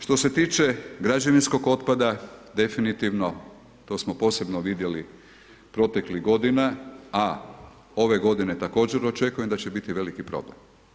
Što se tiče građevinskog otpada, definitivno, to smo posebno vidjeli proteklih godina, a ove godine također očekujem da će biti veliki problem.